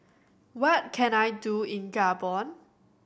what can I do in Gabon